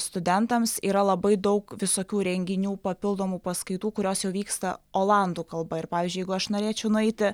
studentams yra labai daug visokių renginių papildomų paskaitų kurios jau vyksta olandų kalba ir pavyzdžiui jeigu aš norėčiau nueiti